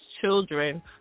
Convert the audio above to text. children